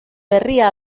berria